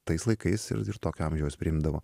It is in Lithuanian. tais laikais ir ir tokio amžiaus priimdavo